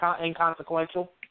inconsequential